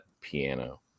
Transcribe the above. piano